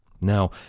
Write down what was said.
Now